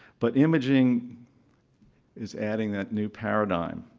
but imaging is adding that new paradigm.